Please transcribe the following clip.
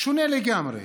שונה לגמרי,